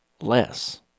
less